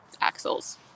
axles